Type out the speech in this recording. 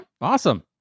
awesome